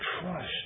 trust